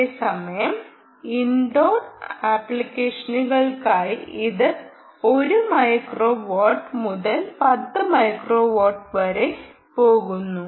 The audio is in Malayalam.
അതേസമയം ഇൻ ഡോർ ആപ്പിക്കേഷനുകൾക്കായി ഇത് 1മൈക്രോ വാട് മുതൽ 10മൈക്രോ വാട് വരെ പോകുന്നു